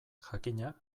jakina